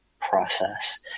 process